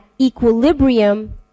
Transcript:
equilibrium